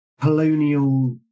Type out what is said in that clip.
colonial